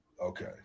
Okay